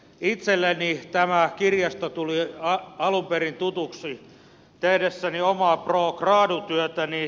itselleni tämä kirjasto tuli alun perin tutuksi tehdessäni omaa pro gradu työtäni